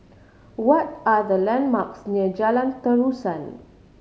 what are the landmarks near Jalan Terusan